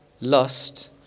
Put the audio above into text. lust